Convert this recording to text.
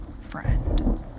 friend